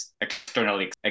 externally